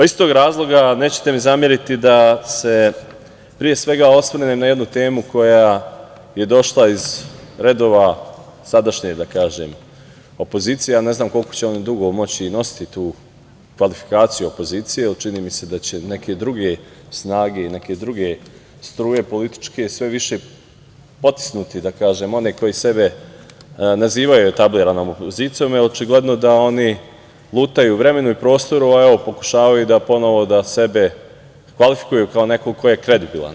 Iz tog razloga, nećete mi zameriti da se pre svega osvrnem na jednu temu koja je došla iz redova sadašnje opozicije, a ne znam koliko će oni dugo moći nositi tu kvalifikaciju opozicije, čini mi se da će neke druge snage i neke druge političke struje svi više potisnuti one koji sebe nazivaju etabliranom opozicijom, jer očigledno da oni lutaju u vremenu i prostoru, a pokušavaju ponovo da sebe kvalifikuju kao nekog ko je kredibilan.